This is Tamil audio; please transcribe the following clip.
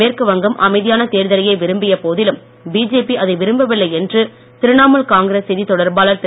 மேற்கு வங்கம் அமைதியான தேர்தலையே விரும்பிய போதிலும் பிஜேபி அதை விரும்பவில்லை என்று திரிணாமூல் காங்கிரஸ் செய்தித் தொடர்பாளர் திரு